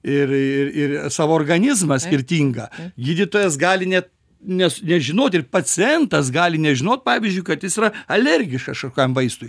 ir ir ir savo organizmą skirtingą gydytojas gali net nes nežinot ir pacientas gali nežinot pavyzdžiui kad jis yra alergiškas kažkokiam vaistui